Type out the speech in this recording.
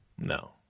no